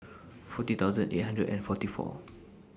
forty thousand eight hundred and forty four